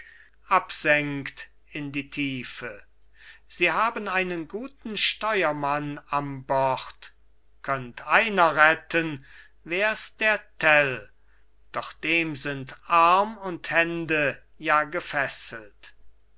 absenkt in die tiefe sie haben einen guten steuermann am bord könnt einer retten wär's der tell doch dem sind arm und hände ja gefesselt